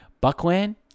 Buckland